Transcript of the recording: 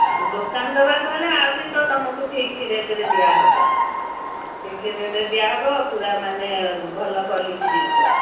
ଆଉ ଦୋକାନ ଦେବାକୁ ହେଲେ ଆହୁରି ତ ତମକୁ ଫିକ୍ସ ରେଟ୍ରେ ଦିଆହେବ ଫିକ୍ସ ରେଟ୍ରେ ଦିଆହେବ ପୁରା ମାନେ ଭଲ କ୍ୱାଲିଟି ଜିନିଷ